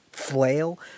flail